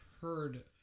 heard